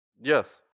Yes